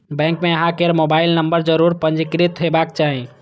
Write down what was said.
bank मे अहां केर मोबाइल नंबर जरूर पंजीकृत हेबाक चाही